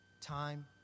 Time